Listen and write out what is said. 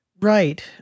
Right